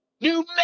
New